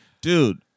dude